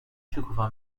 شکوفا